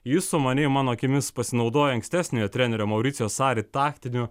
jis sumaniai mano akimis pasinaudojo ankstesniojo trenerio mauricijo sari taktiniu